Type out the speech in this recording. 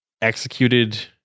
executed